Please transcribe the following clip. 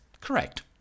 Correct